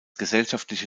gesellschaftliche